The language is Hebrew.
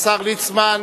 השר ליצמן,